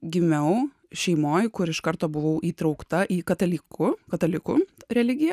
gimiau šeimoj kur iš karto buvau įtraukta į kataliku kataliku religija